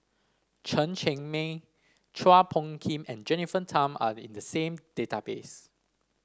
Chen Cheng Mei Chua Phung Kim and Jennifer Tham are in the same database